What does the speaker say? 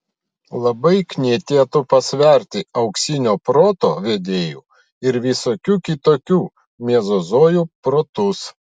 labai knietėtų pasverti auksinio proto vedėjų ir visokių kitokių mezozojų protus